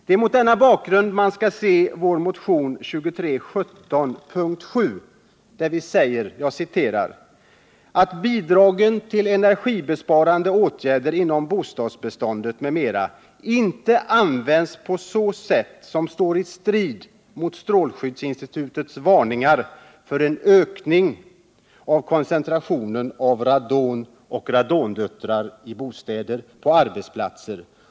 Det är mot denna bakgrund man skall se vår motion 2317, punkt 7, där vi hemställer = ”att bidragen = till energibesparande åtgärder inom bostadsbeståndet m.m. inte används på sätt som står i strid med strålskyddsinstitutets varningar för en ökning av koncentrationen av radon och radondöttrar i bostäderna, på arbetsplatserna etc.